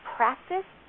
practice